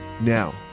Now